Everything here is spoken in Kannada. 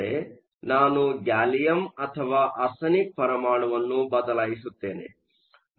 ಅಂದರೆ ನಾನು ಗ್ಯಾಲಿಯಂ ಅಥವಾ ಆರ್ಸೆನಿಕ್ ಪರಮಾಣುವನ್ನು ಬದಲಾಯಿಸುತ್ತೇನೆ